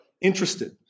interested